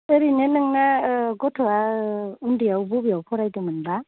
ओरैनो नोंना गथ'आ उन्दैयाव बबेयाव फरायदोंमोन बा